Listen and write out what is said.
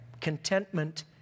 Contentment